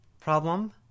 Problem